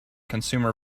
consumer